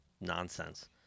nonsense